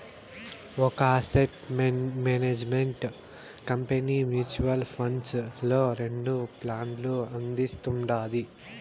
ఒక asset management company mutual funds లో రెండు ప్లాన్లు అందిస్తుండాది